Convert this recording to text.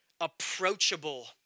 approachable